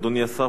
אדוני השר,